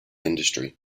industry